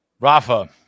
Rafa